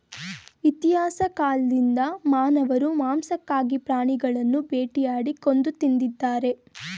ಇತಿಹಾಸ ಕಾಲ್ದಿಂದ ಮಾನವರು ಮಾಂಸಕ್ಕಾಗಿ ಪ್ರಾಣಿಗಳನ್ನು ಬೇಟೆಯಾಡಿ ಕೊಂದು ತಿಂದಿದ್ದಾರೆ